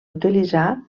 utilitzar